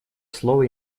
слово